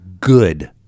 good